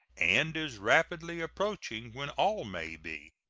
and is rapidly approaching when all may be.